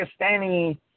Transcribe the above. Pakistani